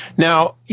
Now